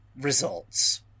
results